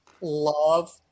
love